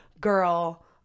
girl